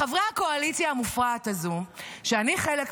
לחברי הקואליציה המופרעת הזו, שאני חלק ממנה,